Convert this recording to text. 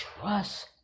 trust